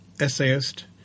essayist